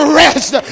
rest